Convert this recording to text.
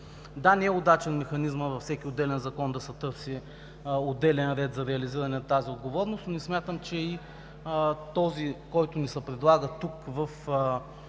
Да, не е удачен механизмът във всеки отделен закон да се търси отделен ред за реализиране на тази отговорност, но не смятам, че и този, който ни се предлага в